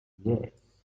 yes